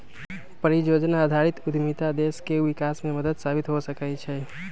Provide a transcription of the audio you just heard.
परिजोजना आधारित उद्यमिता देश के विकास में मदद साबित हो सकइ छै